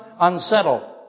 unsettled